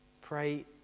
pray